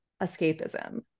escapism